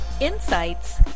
insights